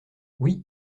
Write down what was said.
oui